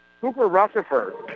Cooper-Rutherford